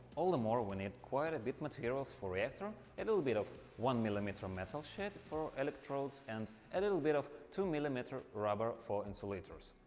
all the more we need quite a bit materials for reactor a and little bit of one millimeters metal sheet for electrodes, and and a little bit of two-millimeter rubber for insulators.